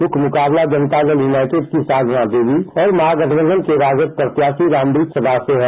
मुख्य मुकाबला जनता दल यूनाइटेड की साधना देवी और महागठबंधन के राजद प्रत्याशी रामव्रक्ष सदा से है